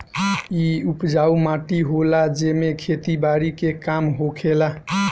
इ उपजाऊ माटी होला जेमे खेती बारी के काम होखेला